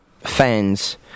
fans